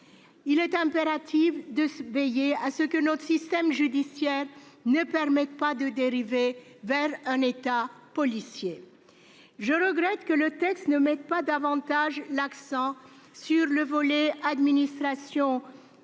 Il est impératif de veiller à ce que notre système judiciaire ne permette pas de dériver vers un État policier. Je regrette que le texte ne mette pas davantage l'accent sur l'administration